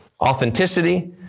authenticity